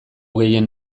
gehien